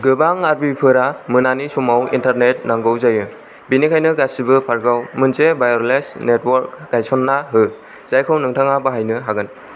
गोबां आरवी फोरा मोनानि समाव इन्टारनेट नांगौ जायो बेनिखायनो गासिबो पार्कआव मोनसे वायरलेस नेटवर्क गायसनना हो जायखौ नोंथाङा बाहायनो हागोन